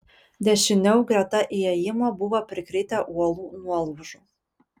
dešiniau greta įėjimo buvo prikritę uolų nuolaužų